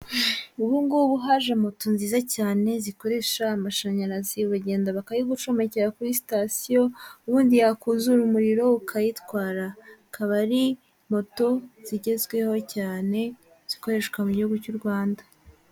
Ubu ngubu haje moto nziza cyane, zikoresha amashanyarazi, uragenda bakayigucomekera kuri sitasiyo, ubundi yakuzura umuriro ukayitwara. Akaba ari moto zigezweho cyane, zikoreshwa mu gihugu cy'u Rwanda.